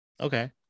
Okay